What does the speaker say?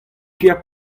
kêr